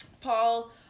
Paul